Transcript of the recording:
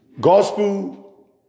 Gospel